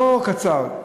לא קצר,